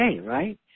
right